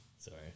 Sorry